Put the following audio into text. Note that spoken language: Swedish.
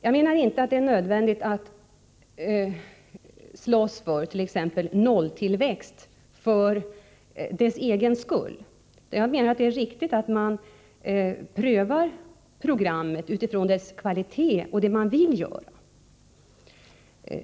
Jag menar inte att det är nödvändigt att slåss för t.ex. nolltillväxt för dess egen skull, utan jag anser att det är riktigt att man prövar programmet utifrån dess kvalitet och det man vill göra.